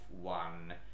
One